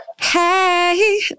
Hey